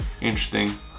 Interesting